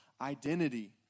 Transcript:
identity